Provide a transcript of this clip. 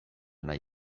nahi